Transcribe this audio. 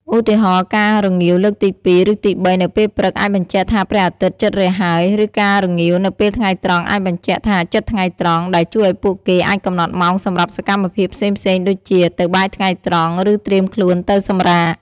ឧទាហរណ៍ ការរងាវលើកទីពីរ ឬទីបីនៅពេលព្រឹកអាចបញ្ជាក់ថាព្រះអាទិត្យជិតរះហើយ ឬការរងាវនៅពេលថ្ងៃត្រង់អាចបញ្ជាក់ថាជិតថ្ងៃត្រង់ ដែលជួយឱ្យពួកគេអាចកំណត់ម៉ោងសម្រាប់សកម្មភាពផ្សេងៗដូចជា ទៅបាយថ្ងៃត្រង់ ឬត្រៀមខ្លួនទៅសម្រាក។